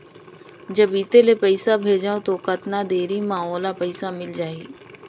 जब इत्ते ले पइसा भेजवं तो कतना देरी मे ओला पइसा मिल जाही?